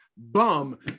Bum